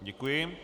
Děkuji.